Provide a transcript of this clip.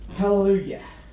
Hallelujah